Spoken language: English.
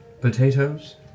Potatoes